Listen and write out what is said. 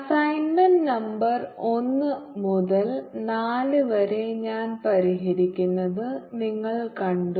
assignment number ഒന്ന് മുതൽ നാല് വരെ ഞാൻ പരിഹരിക്കുന്നത് നിങ്ങൾ കണ്ടു